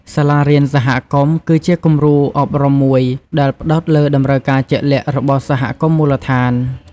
សាលារៀនសហគមន៍ គឺជាគំរូអប់រំមួយដែលផ្តោតលើតម្រូវការជាក់លាក់របស់សហគមន៍មូលដ្ឋាន។